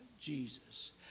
Jesus